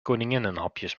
koninginnenhapjes